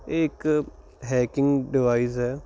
ਇਹ ਇੱਕ hacking device ਹੈ